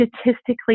statistically